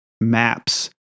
maps